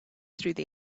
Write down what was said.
through